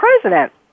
president